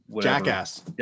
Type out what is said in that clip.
jackass